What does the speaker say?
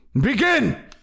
Begin